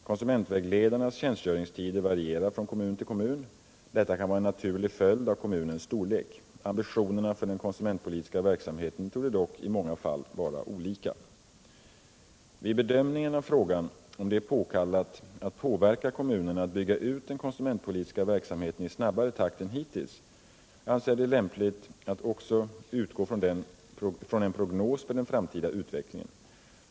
Konsumentvägledarnas tjänstgöringstider varierar från kommun till kommun. Detta kan vara en naturlig följd av kommunens storlek. Ambitionerna för den konsumentpolitiska verksamheten torde dock i många fall vara olika. Vid bedömningen av frågan om det är påkallat att påverka kommunerna att bygga ut den konsumentpolitiska verksamheten i snabbare takt än hittills anser jag det lämpligt att också utgå från en prognos för den framtida utvecklingen.